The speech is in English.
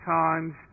times